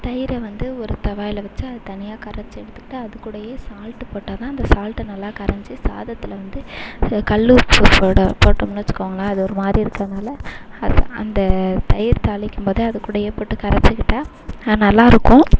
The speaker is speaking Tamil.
தயிரை வந்து ஒரு தவாவில வச்சு அது தனியாக கரைச்சு எடுத்துகிட்டு அது கூடவே சால்ட்டு போட்டால் தான் அந்த சால்ட் நல்லா கரைஞ்சி சாதத்தில் வந்து கல் உப்பு போட போட்டோம்னு வச்சுக்கோங்ளேன் அது ஒரு மாதிரி இருக்கனால அது அந்த தயிர் தாளிக்கும் போது அது கூடயே போட்டு கரைச்சுகிட்டா நல்லாயிருக்கும்